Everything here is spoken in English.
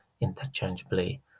interchangeably